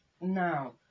now